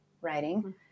writing